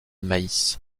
maïs